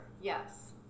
yes